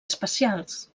especials